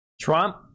Trump